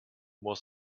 more